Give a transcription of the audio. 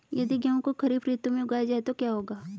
यदि गेहूँ को खरीफ ऋतु में उगाया जाए तो क्या होगा?